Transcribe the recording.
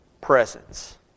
presence